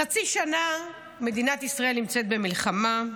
חצי שנה מדינת ישראל נמצאת במלחמה,